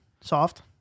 soft